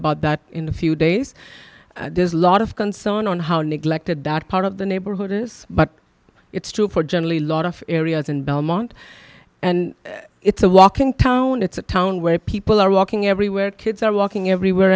about that in a few days there's a lot of concern on how neglected that part of the neighborhood is but it's true for generally a lot of areas in belmont and it's a walking town it's a town where people are walking everywhere kids are walking everywhere